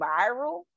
viral